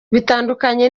bitandukanye